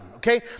Okay